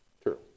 True